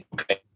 okay